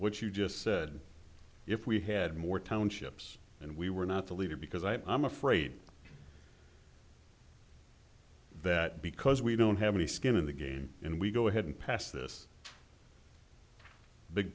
which you just said if we had more townships and we were not the leader because i'm afraid that because we don't have any skin in the game and we go ahead and pass this big